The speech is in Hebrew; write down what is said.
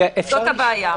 זו הבעיה.